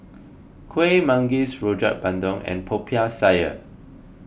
Kuih Manggis Rojak Bandung and Popiah Sayur